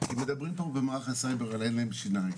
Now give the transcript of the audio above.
מדברים פה במערך הסייבר שאין להם שיניים,